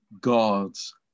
God's